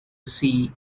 see